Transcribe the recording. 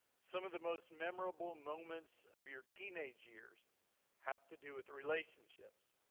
some of the most memorable moments of your teenage years have to do with relationships.